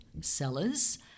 sellers